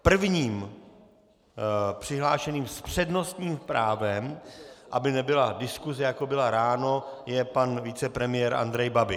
Prvním přihlášeným s přednostním právem, aby nebyla diskuse, jako byla ráno, je pan vicepremiér Andrej Babiš.